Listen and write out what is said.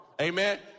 Amen